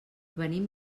venim